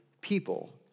people